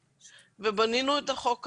מדובר בעבדות מודרנית